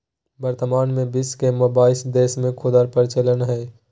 वर्तमान में विश्व के बाईस देश में खुदरा परिचालन हइ